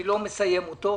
אני לא מסיים אותה.